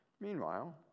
Meanwhile